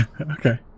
Okay